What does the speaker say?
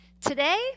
Today